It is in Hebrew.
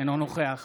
אינו נוכח